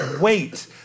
wait